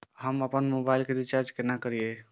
हम आपन मोबाइल के रिचार्ज केना करिए?